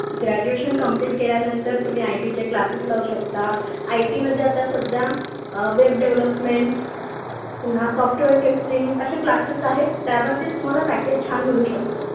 graduation complete केल्यानंतर तुम्ही आय टीचे क्लासेस लावू शकता आय टीमध्ये आता सध्या वेब डेव्हलपमेंट पुन्हा सॉफ्टवेअर टेस्टिंग असे क्लासेस आहेत त्यामध्ये तुम्हाला पॅकेज छान मिळू शकतं